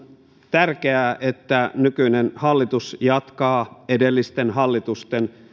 tärkeää että nykyinen hallitus jatkaa edellisten hallitusten